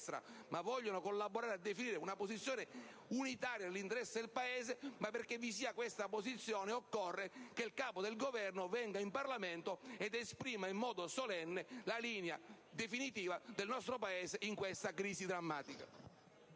ma vogliono collaborare a definire una posizione unitaria nell'interesse del Paese. Ma, perché vi sia tale posizione, occorre che il Capo del Governo venga in Parlamento ad esprimere in modo solenne la linea definitiva del nostro Paese in questa crisi drammatica.